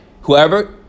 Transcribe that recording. whoever